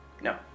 no